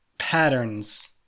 patterns